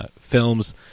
films